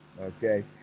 okay